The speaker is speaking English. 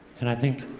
and i think